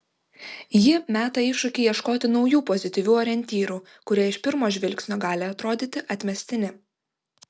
ji meta iššūkį ieškoti naujų pozityvių orientyrų kurie iš pirmo žvilgsnio gali atrodyti atmestini